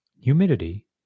humidity